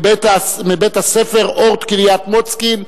מבית-הספר "אורט" קריית-מוצקין,